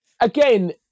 again